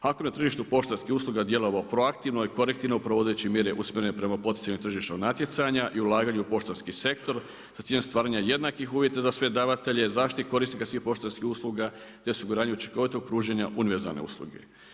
HAKOM na tržištu poštanskih usluga je djelovao proaktivno i korektivno provodeći mjere usmjerene prema poticanju tržišnog natjecanja i ulaganju u poštanski sektor sa ciljem stvaranja jednakih uvjeta za sve davatelje, zaštiti korisnika svih poštanskih usluga te osiguranju učinkovitog pružanja univerzalne usluge.